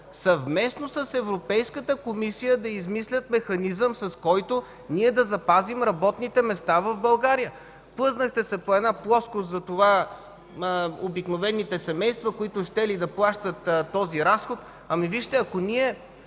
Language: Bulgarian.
Съвместно с нея да измислят механизъм, с който да запазим работните места в България. Плъзнахте се по една плоскост за обикновените семейства, които щели да плащат този разход. Вижте, ако този